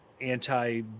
anti